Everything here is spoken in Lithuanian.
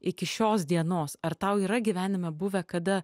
iki šios dienos ar tau yra gyvenime buvę kada